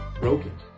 broken